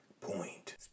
point